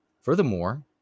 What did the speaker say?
Furthermore